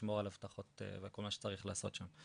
ולשמור על אבטחה ועל כל מה שצריך לעשות שם.